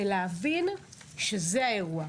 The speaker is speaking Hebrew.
ולהבין שזה האירוע.